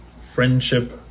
friendship